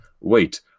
wait